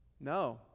No